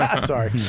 Sorry